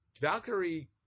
Valkyrie